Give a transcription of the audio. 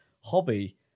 hobby